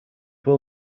will